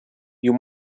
you